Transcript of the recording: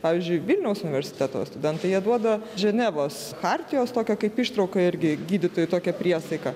pavyzdžiui vilniaus universiteto studentai jie duoda ženevos chartijos tokio kaip ištrauka irgi gydytojai tokią priesaiką